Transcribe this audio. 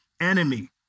enemy